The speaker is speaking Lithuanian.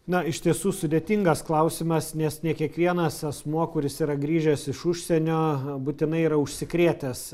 na iš tiesų sudėtingas klausimas nes ne kiekvienas asmuo kuris yra grįžęs iš užsienio būtinai yra užsikrėtęs